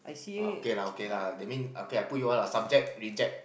okay lah okay lah that mean okay I put you all subject reject